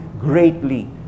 greatly